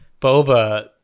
Boba